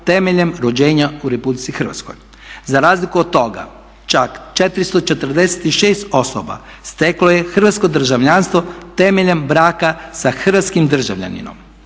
temeljem rođenja u RH. za razliku od toga čak 446 osoba steklo je hrvatsko državljanstvo temeljem braka sa hrvatskim državljaninom.